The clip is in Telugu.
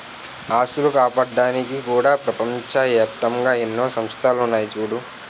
ఆస్తులు కాపాడ్డానికి కూడా ప్రపంచ ఏప్తంగా ఎన్నో సంస్థలున్నాయి చూడూ